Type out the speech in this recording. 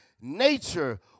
nature